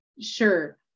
Sure